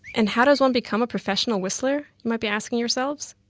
and how does one become a professional whistler, you might be asking yourselves?